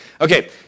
Okay